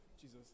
Jesus